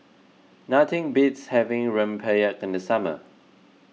nothing beats having Rempeyek in the summer